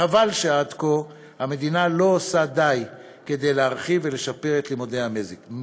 חבל שעד כה המדינה לא עושה די כדי להרחיב ולשפר את לימודי המוזיקה.